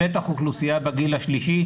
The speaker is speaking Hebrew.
בטח אוכלוסייה בגיל השלישי.